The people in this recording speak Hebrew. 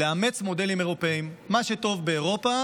לאמץ מודלים אירופיים, מה שטוב באירופה